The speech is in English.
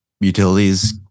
utilities